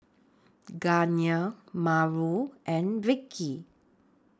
Gardner Mauro and Vickie